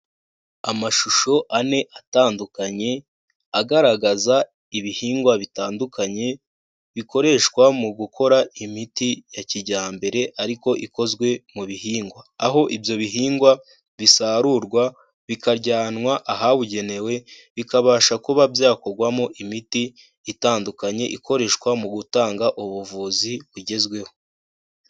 Amashusho ane atandukanye, agaragaza ibihingwa bitandukanye, bikoreshwa mu gukora imiti ya kijyambere ariko ikozwe mu bihingwa. Aho ibyo bihingwa bisarurwa bikajyanwa ahabugenewe, bikabasha kuba byakorwamo imiti itandukanye, ikoreshwa mu gutanga ubuvuzi bugezweho.